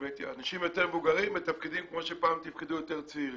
זאת אומרת אנשים יותר מבוגרים מתפקדים כמו שפעם תפקדו יותר צעירים.